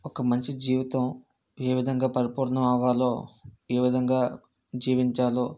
ఒక మంచి జీవితం ఏ విధంగా పరిపూర్ణం అవ్వాలో ఏ విధంగా జీవించాలో